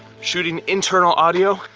shooting internal audio,